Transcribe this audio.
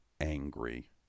angry